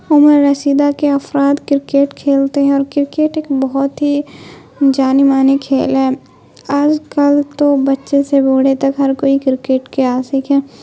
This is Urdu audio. عمر رسیدہ کے افراد کرکٹ کھیلتے ہیں اور کرکٹ ایک بہت ہی جانی مانی کھیل ہے آج کل تو بچے سے بوڑھے تک ہر کوئی کرکٹ کے عاشق ہیں